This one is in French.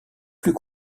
plus